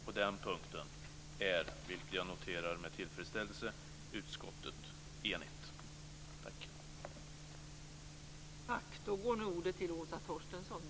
På den punkten är, vilket jag noterar med tillfredsställelse, utskottet enigt.